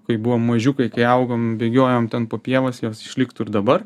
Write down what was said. kai buvo mažiukai kai augom bėgiojom ten po pievas tai jos išliktų ir dabar